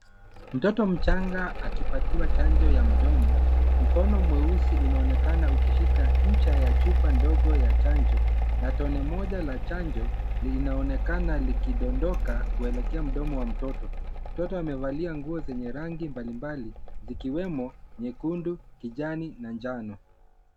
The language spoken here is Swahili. Mtoto mchanga akipatiwa chanjo ya mdomo. Mkono mweusi unaonekana ukishika ncha ya chupa ndogo ya chanjo, na tone moja la chanjo linaonekana likidondoka kuelekea mdomo wa mtoto. Mtoto amevalia nguo zenye rangi mbalimbali zikiwemo nyekundu, kijani na njano.